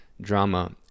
drama